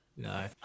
No